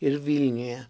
ir vilniuje